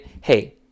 hey